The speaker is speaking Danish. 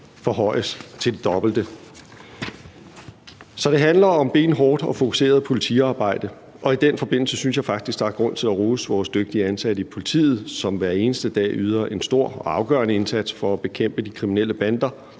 forhøjes til det dobbelte. Så det handler om benhårdt og fokuseret politiarbejde, og i den forbindelse synes jeg faktisk, der er grund til at rose vores dygtige ansatte i politiet, som hver eneste dag yder en stor og afgørende indsats for at bekæmpe de kriminelle bander.